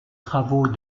travaux